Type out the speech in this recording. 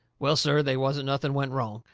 well, sir, they wasn't nothing went wrong.